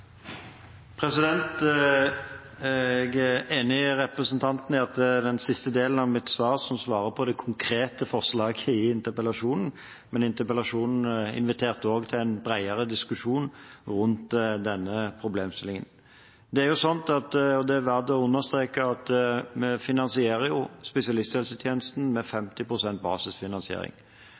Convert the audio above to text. den siste delen av mitt svar som svarer på det konkrete forslaget i interpellasjonen, men interpellasjonen inviterte også til en bredere diskusjon rundt denne problemstillingen. Det er verdt å understreke at vi finansierer spesialisthelsetjenesten med 50 pst. basisfinansiering. Det skal gi grunnlag for å gjennomføre oppdrag som ikke også er finansiert med